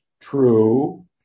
True